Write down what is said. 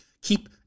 Keep